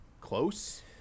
close